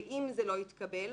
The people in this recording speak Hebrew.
ואם זה לא יתקבל,